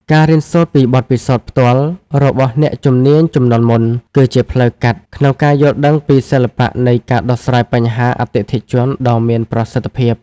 ការរៀនសូត្រពីបទពិសោធន៍ផ្ទាល់របស់អ្នកជំនាញជំនាន់មុន គឺជាផ្លូវកាត់ក្នុងការយល់ដឹងពីសិល្បៈនៃការដោះស្រាយបញ្ហាអតិថិជនដ៏មានប្រសិទ្ធភាព។